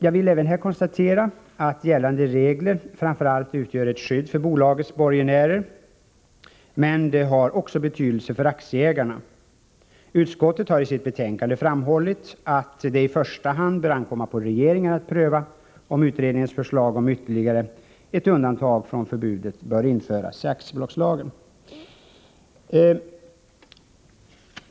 Jag vill även här konstatera att gällande regler framför allt utgör ett skydd för bolagets borgenärer, men de har också betydelse för aktieägarna. Utskottet har i sitt betänkande framhållit att det i första hand bör ankomma på regeringen att pröva om utredningens förslag om ytterligare ett undantag från förbudet bör införas i aktiebolagslagen.